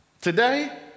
Today